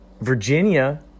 Virginia